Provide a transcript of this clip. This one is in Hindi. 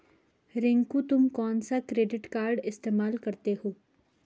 रिंकू तुम कौन सा क्रेडिट कार्ड इस्तमाल करते हो?